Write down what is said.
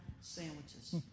sandwiches